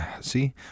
see